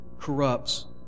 corrupts